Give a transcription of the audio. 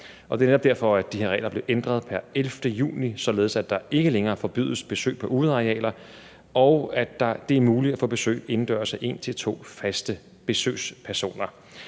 netop derfor, de her regler blev ændret pr. 11. juni, således at der ikke længere forbydes besøg på udearealer, og at det er muligt at få besøg indendørs af en til to faste besøgspersoner.